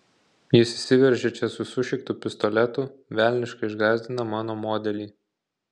jis įsiveržia čia su sušiktu pistoletu velniškai išgąsdina mano modelį